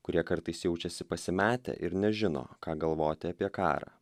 kurie kartais jaučiasi pasimetę ir nežino ką galvoti apie karą